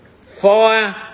fire